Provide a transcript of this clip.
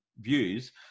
views